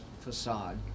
facade